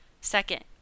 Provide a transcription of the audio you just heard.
Second